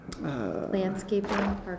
Landscaping